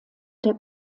der